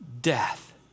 death